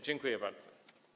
Dziękuję bardzo.